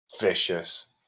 vicious